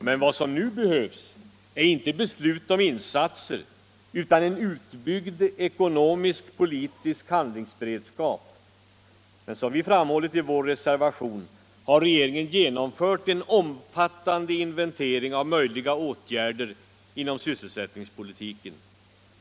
Men vad som nu behövs är inte beslut om insatser, utan en utbyggd ekonomisk-politisk handlingsberedskap. Som vi framhållit i vår reservation har regeringen genomfört en omfattande inventering av möjliga åtgärder inom sysselsättningspolitiken.